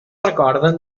recorden